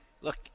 Look